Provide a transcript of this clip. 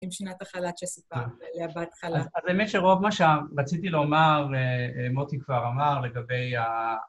‫עם שנת החל"ת שסיפרתי בהתחלה. ‫-אז באמת שרוב מה שרציתי לומר, ‫מוטי כבר אמר לגבי ה...